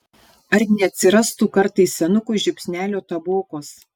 ar neatsirastų kartais senukui žiupsnelio tabokos